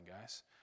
guys